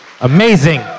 amazing